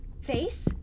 Face